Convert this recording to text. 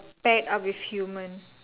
pet are with human